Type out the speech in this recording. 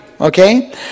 Okay